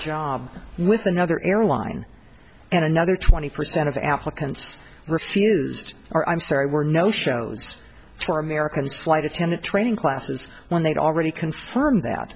job with another airline and another twenty percent of the applicants refused or i'm sorry were no shows for americans flight attendant training classes when they'd already confirmed that